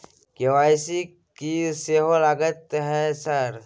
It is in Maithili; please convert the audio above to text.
के.वाई.सी की सेहो लगतै है सर?